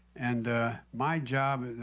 and my job,